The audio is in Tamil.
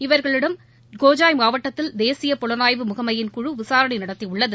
இவர்களிடம் ஹோஜாய் மாவட்டத்தில் தேசிய புலனாய்வு முகமையின் குழு விசாரணை நடத்தியுள்ளது